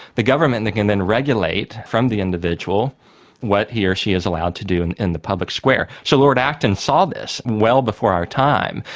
the government can then regulate from the individual what he or she is allowed to do in in the public square. so lord acton saw this well before our time.